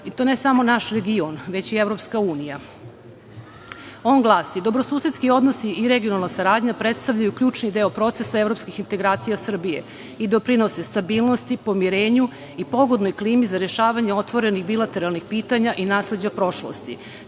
i to ne samo naš region, već i Evropska unija. On glasi: „Dobrosusedski odnosi i regionalna saradnja predstavljaju ključni deo procesa evropskih integracija Srbije i doprinose stabilnosti, pomirenju i pogodnoj klimi za rešavanje otvorenih bilateralnih pitanja i nasleđa prošlosti.